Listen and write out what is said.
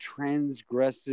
transgressive